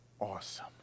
Awesome